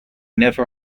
never